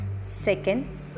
second